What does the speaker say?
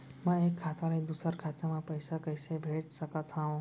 मैं एक खाता ले दूसर खाता मा पइसा कइसे भेज सकत हओं?